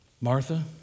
Martha